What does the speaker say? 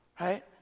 right